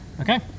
Okay